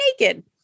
naked